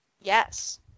Yes